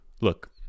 Look